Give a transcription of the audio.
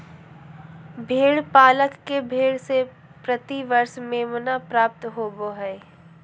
भेड़ पालक के भेड़ से प्रति वर्ष मेमना प्राप्त होबो हइ